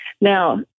Now